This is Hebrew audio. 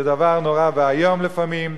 זה דבר נורא ואיום לפעמים.